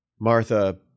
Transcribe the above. Martha